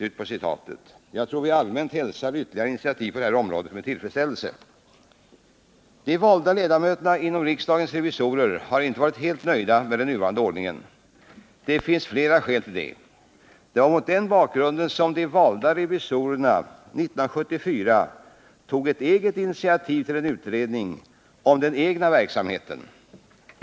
Jag tror att vi allmänt hälsar ytterligare inititativ på detta område med tillfredsställelse. De valda ledamöterna inom riksdagens revisorer har inte varit helt nöjda med den nuvarande ordningen. Det finns flera skäl till detta. Det var mot den bakgrunden som de valda revisorerna 1974 tog ett eget initiativ till en utredning om den egna verksamheten.